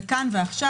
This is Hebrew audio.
זה כאן ועכשיו,